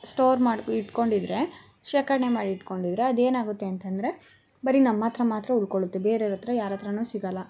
store ಮಾಡಿ ಇಟ್ಕೊಂಡಿದ್ರೆ ಶೇಖರಣೆ ಮಾಡಿ ಇಟ್ಕೊಂಡಿದ್ರೆ ಅದೇನಾಗುತ್ತೆ ಅಂತಂದರೆ ಬರಿ ನಮ್ಮ ಹತ್ರ ಮಾತ್ರ ಉಳ್ಕೊಳುತ್ತೆ ಬೇರೆಯವರ ಹತ್ರ ಯಾರ ಹತ್ರನು ಸಿಗಲ್ಲ